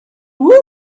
woot